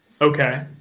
Okay